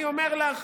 אני אומר לך,